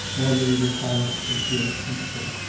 marjorie was silent through pure sympathy.